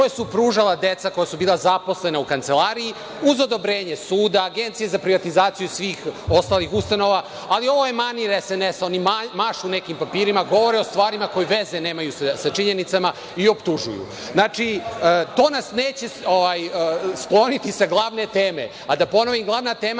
koje su pružala deca koja su bila zaposlena u kancelariji, uz odobrenje Suda, Agencije za privatizaciju svih ostalih ustanova. Ovo je manir SNS, oni mašu nekim papirima, govore o stvarima koje nemaju veze sa činjenicama i optužuju. To nas neće skloniti sa glavne teme. Da ponovim, glavna tema